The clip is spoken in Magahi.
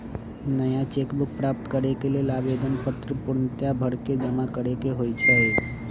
नया चेक बुक प्राप्त करेके लेल आवेदन पत्र पूर्णतया भरके जमा करेके होइ छइ